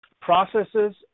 processes